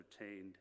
entertained